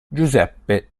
giuseppe